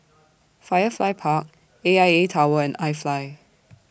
Firefly Park A I A Tower and IFly